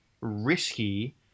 risky